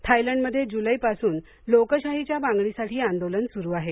थायलंडमध्ये जुलैपासून लोकशाहीच्या मागणीसाठी आंदोलन सुरू आहे